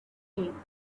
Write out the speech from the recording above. him